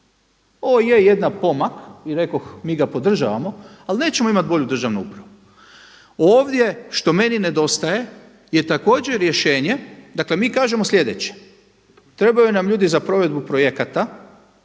Ovo je jedan pomak i rekoh mi ga podržavamo, ali nećemo imati bolju državnu upravu. Ovdje što meni nedostaje je također rješenje, dakle mi kažemo sljedeće, trebaju nam ljudi za provedbu projekata,